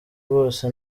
bose